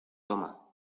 toma